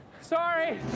Sorry